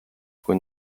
kui